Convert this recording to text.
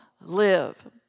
live